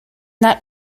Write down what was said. not